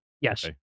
Yes